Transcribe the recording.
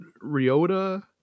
Ryota